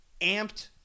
amped